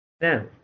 Now